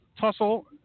tussle